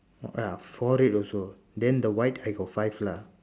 ya four red also then the white I got have five lah